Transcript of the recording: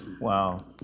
Wow